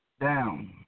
down